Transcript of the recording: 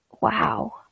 wow